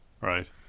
Right